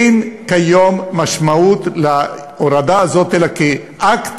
אין כיום משמעות להורדה הזאת אלא כאקט